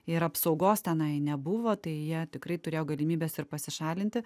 ir apsaugos tenai nebuvo tai jie tikrai turėjo galimybes ir pasišalinti